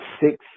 six